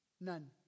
None